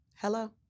Hello